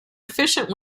efficient